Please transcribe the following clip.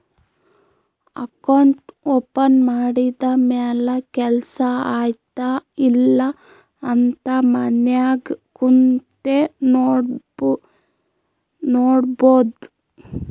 account open ಮಾಡಿದ ಮ್ಯಾಲ ಕೆಲ್ಸಾ ಆಯ್ತ ಇಲ್ಲ ಅಂತ ಮನ್ಯಾಗ್ ಕುಂತೆ ನೋಡ್ಬೋದ್